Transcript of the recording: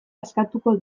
askatuko